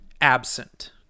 absent